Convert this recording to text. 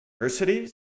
universities